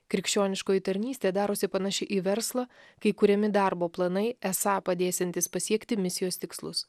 krikščioniškoji tarnystė darosi panaši į verslą kai kuriami darbo planai esą padėsiantys pasiekti misijos tikslus